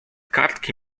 kartki